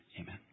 amen